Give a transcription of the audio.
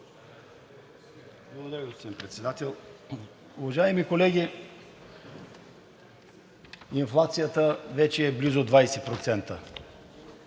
Благодаря, господин Председател. Уважаеми колеги, инфлацията вече е близо 20%.